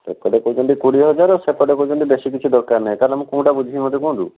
ଏପଟେ କହୁଛନ୍ତି କୋଡ଼ିଏ ହଜାରେ ସେପଟେ କହୁଛନ୍ତି ବେଶୀ କିଛି ଦରକାର ନାହିଁ ତା'ହେଲେ ମୁଁ କେଉଁଟା ବୁଝିବି ମୋତେ କୁହନ୍ତୁ